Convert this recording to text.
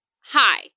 hi